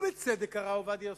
ובצדק הרב עובדיה יוסף,